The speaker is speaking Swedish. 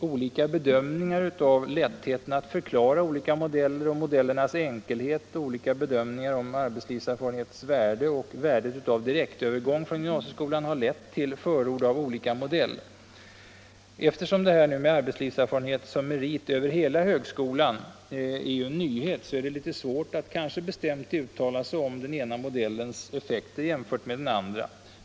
Olika bedömningar av lättheten att förklara olika modeller, olika bedömningar av modellernas enkelhet, av arbetslivserfarenhetens värde och av värderingen av direkt övergång från gymnasieskolan har lett till förord av olika modell. Eftersom detta med arbetslivserfarenhet som merit över hela högskolan är en nyhet, är det svårt att bestämt uttala sig om den ena modellens effekter jämfört med den andras.